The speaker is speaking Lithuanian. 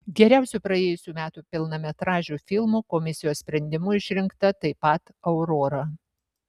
geriausiu praėjusių metų pilnametražiu filmu komisijos sprendimu išrinkta taip pat aurora